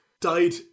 died